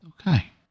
Okay